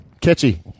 Catchy